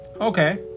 Okay